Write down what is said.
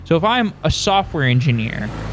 so if i'm a software engineer,